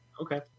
Okay